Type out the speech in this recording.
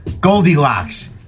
Goldilocks